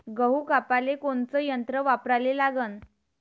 गहू कापाले कोनचं यंत्र वापराले लागन?